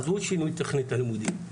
עזבו שינוי תכנית הלימודים,